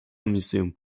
museum